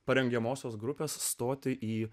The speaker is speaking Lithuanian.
parengiamosios grupės stoti į